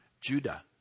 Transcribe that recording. Judah